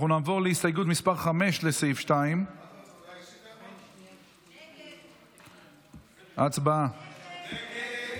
נעבור להסתייגות מס' 5, לסעיף 2. הצבעה.